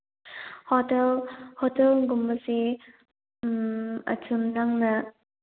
hotel ꯍꯣꯇꯦꯜꯒꯨꯝꯕꯁꯤ ꯎꯝ ꯑꯁꯨꯝ ꯅꯪꯅ